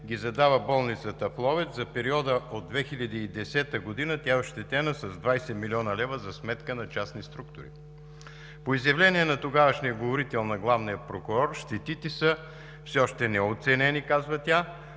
ги задава болницата в Ловеч. За периода от 2010 г. тя е ощетена с 20 млн. лв. за сметка на частни структури. По изявления на тогавашния говорител на главния прокурор „щетите са все още неоценени, но